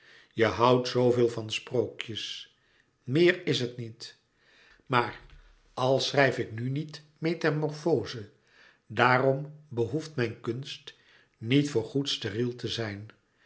je houdt zooveel van sprookjes meer is het niet maar al schrijf ik nu niet metamorfoze daarom behoeft mijn kunst niet voor goed steriel te zijn